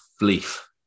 leaf